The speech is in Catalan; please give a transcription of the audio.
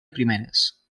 primeres